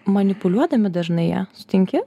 manipuliuodami dažnai ja sutinki